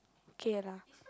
okay lah